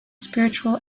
spiritual